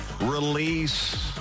release